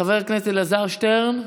חבר הכנסת אלעזר שטרן,